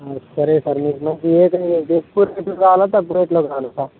సరే సార్ మీకు ఎరువు ఎక్కువ రేట్లో కావాలా తక్కు రేట్లో కావాలా సార్